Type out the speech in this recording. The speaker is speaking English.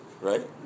Right